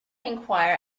enquire